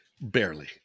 barely